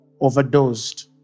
overdosed